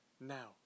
Now